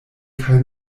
kaj